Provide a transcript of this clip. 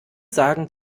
sagen